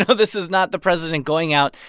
and this is not the president going out,